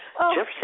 Jefferson